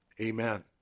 Amen